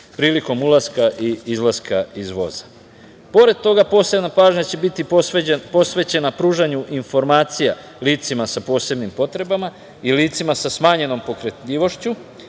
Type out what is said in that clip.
prilikom ulaska i izlaska iz voza. Pored toga, posebna pažnja će biti posvećena pružanju informacija licima sa posebnim potrebama i licima sa smanjenom pokretljivošću